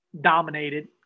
dominated